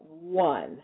one